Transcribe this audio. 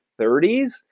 30s